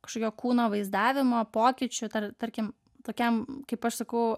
kažkokio kūno vaizdavimo pokyčių tarkim tokiam kaip aš sakau